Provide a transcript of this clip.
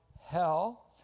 hell